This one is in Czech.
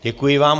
Děkuji vám.